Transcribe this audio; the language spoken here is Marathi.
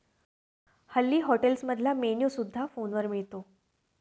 हल्ली हॉटेल्समधला मेन्यू सुद्धा फोनवर मिळतो